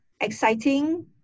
exciting